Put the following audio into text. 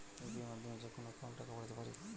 UPI মাধ্যমে যেকোনো একাউন্টে টাকা পাঠাতে পারি?